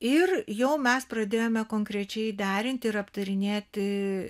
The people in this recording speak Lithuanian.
ir jau mes pradėjome konkrečiai derinti ir aptarinėti